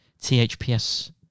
THPS